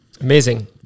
Amazing